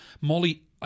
Molly